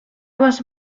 was